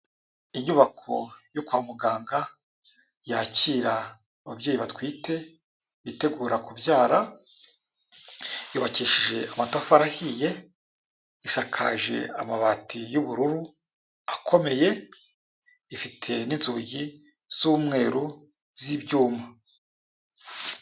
Inyubako yo kwa muganga yakira ababyeyi batwite bitegura kubyara, yubakishije amatafari ahiye, isakaje amabati y'ubururu, akomeye, ifite n'inzugi z'umweru z'ibyuma.